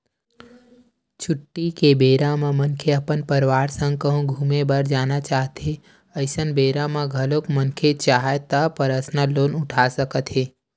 छुट्टी के बेरा म मनखे अपन परवार संग कहूँ घूमे बर जाना चाहथें अइसन बेरा म घलोक मनखे चाहय त परसनल लोन उठा सकत हे